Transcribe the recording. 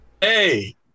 hey